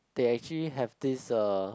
they actually have this uh